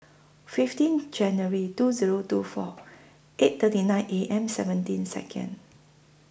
fifteen January two Zero two four eight thirty nine A M seventeen Second